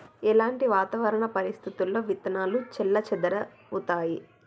ఎలాంటి వాతావరణ పరిస్థితుల్లో విత్తనాలు చెల్లాచెదరవుతయీ?